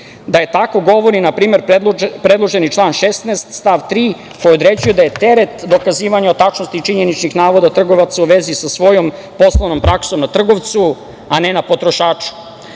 je tako, govori, na primer, predloženi član 16. stav 3. koji određuje da je teret dokazivanja o tačnosti činjeničnih navoda trgovaca u vezi sa svojom poslovnom praksom na trgovcu a ne na potrošaču. Nepravična